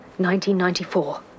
1994